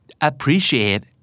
appreciate